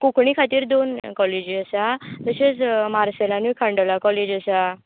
कोंकणी खातीर दोन कॉलेजी आसा तशेंच मार्शेंलानूय खांडोळा कॉलेज आसा